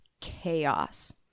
chaos